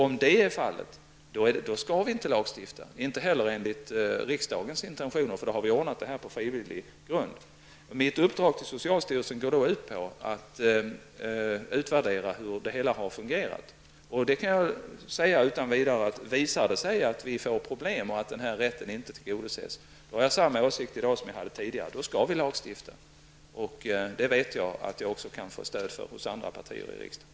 Om så är fallet skall vi inte lagstifta, inte heller enligt riksdagens intentioner, eftersom vi har ordnat detta på frivillig grund. Mitt uppdrag till socialstyrelsen går ut på att man skall utvärdera hur det har fungerat. Jag kan utan vidare säga att om det visar sig att vi får problem och att rätten inte tillgodoses, har jag samma åsikt i dag som jag hade tidigare. Då skall vi lagstifta. Det vet jag att jag också kan få stöd för hos andra partier i riksdagen.